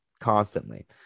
constantly